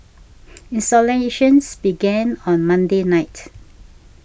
installations began on Monday night